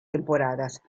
temporadas